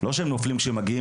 לא שהם נופלים שהם מגיעים,